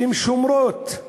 שהן שומרות,